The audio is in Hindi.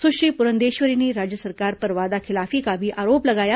सुश्री पुरंदेश्वरी ने राज्य सरकार पर वादाखिलाफी का भी आरोप लगाया